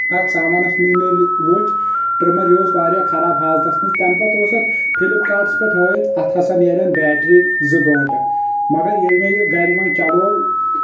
اتھ سامانس منٛز مےٚ ییٚلہِ وٕچھ ٹرمر یہِ اوس واریاہ خراب حالتس منٛز تمہِ پتہٕ اوس اتھ فلپ کاٹس پٮ۪ٹھ ہٲیتھ اتھ ہسا نیرٮ۪ن بیٹری زٕ گنٚٹہٕ مگر ییٚلہِ مےٚ یہِ گرِ وۄنۍ چلوو